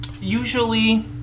Usually